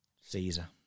Caesar